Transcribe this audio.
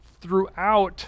throughout